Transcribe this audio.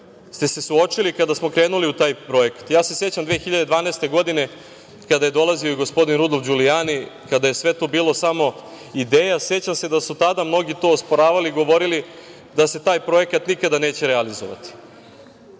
suočili kada smo krenuli u taj projekat.Sećam se 2012. godine, kada je dolazio i gospodin Rudolf Đulijani, kada je sve to bilo samo ideja, sećam se da su tada mnogi to osporavali, govorili da se taj projekat nikada neće realizovati.